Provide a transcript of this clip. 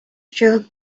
true